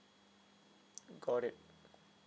got it